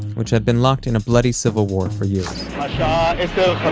which had been locked in a bloody civil war for you know